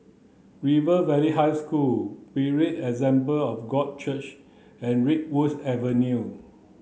River Valley High School Berean Assembly of God Church and Redwood Avenue